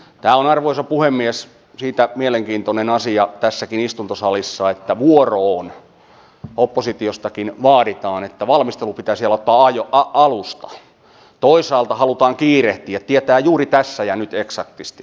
tämä on arvoisa puhemies siitä mielenkiintoinen asia tässäkin istuntosalissa että vuoroon oppositiostakin vaaditaan että valmistelu pitäisi aloittaa alusta ja toisaalta halutaan kiirehtiä tietää juuri tässä ja nyt eksaktisti